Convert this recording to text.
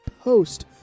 post